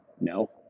No